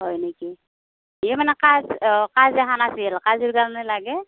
হয় নেকি এই মানে কাজ কাজ এখন আছিল কাজৰ কাৰণে লাগে